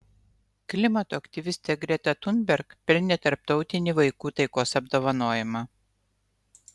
klimato aktyvistė greta thunberg pelnė tarptautinį vaikų taikos apdovanojimą